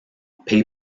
pay